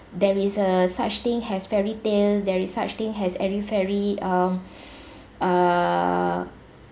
there is a such thing as fairy tale there is such thing as airy-fairy uh err